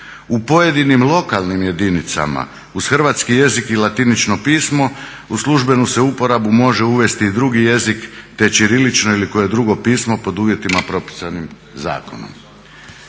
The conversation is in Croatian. U pojedinim lokalnim jedinicama uz hrvatski jezik i latinično pismo u službenu se uporabu može uvesti i drugi jezik, te ćirilično ili koje drugo pismo pod uvjetima propisanim zakonom."